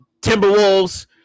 Timberwolves